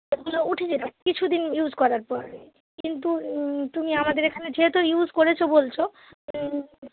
সেগুলো উঠে যাবে কিছু দিন ইউস করার পরে কিন্তু তুমি আমাদের এখানে যেহেতু ইউস করেছো বলছো